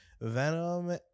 Venom